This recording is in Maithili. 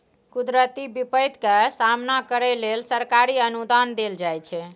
कुदरती बिपैत के सामना करइ लेल सरकारी अनुदान देल जाइ छइ